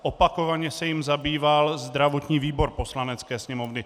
Opakovaně se jím zabýval zdravotní výbor Poslanecké sněmovny.